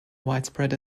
widespread